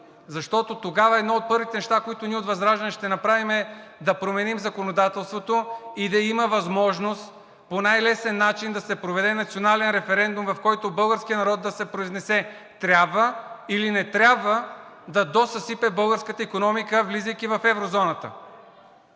Защото тогава едно от първите неща, които ние от ВЪЗРАЖДАНЕ ще направим, е да променим законодателството и да има възможност по най-лесен начин да се проведе национален референдум, в който българският народ да се произнесе – трябва или не трябва да досъсипе българската икономика, влизайки в еврозоната!